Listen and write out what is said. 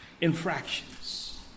infractions